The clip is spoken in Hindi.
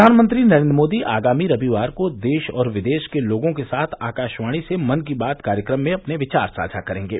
प्रधानमंत्री नरेन्द्र मोदी आगामी रविवार को देश और विदेश के लोगों के साथ आकाशवाणी से मन की बात कार्यक्रम में अपने विचार साझा करेंगे